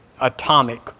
atomic